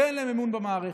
אין להם אמון במערכת.